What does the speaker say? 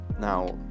Now